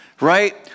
right